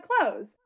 clothes